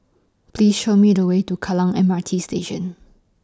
Please Show Me The Way to Kallang M R T Station